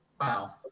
Wow